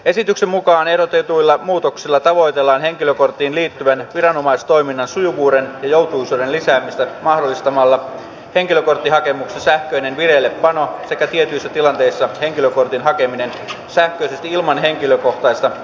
esityksen mukaan ehdotetuilla muutoksilla tavoitellaan henkilökorttiin liittyvän viranomaistoiminnan sujuvuuden ja joutuisuuden lisäämistä mahdollistamalla henkilökorttihakemuksessa sähköinen vireillepano sekä tietyissä tilanteissa henkilökortin hakeminen sähköisesti ilman henkilökohtaista asiointia viranomaisessa